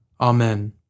Amen